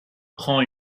prends